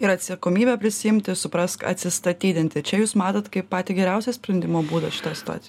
ir atsakomybę prisiimti suprask atsistatydinti čia jūs matot kaip patį geriausią sprendimo būdą šitoj situacijoj